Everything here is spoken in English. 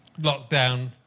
lockdown